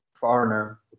foreigner